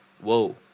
whoa